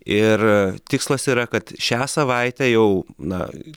iir tikslas yra kad šią savaitę jau na